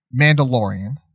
Mandalorian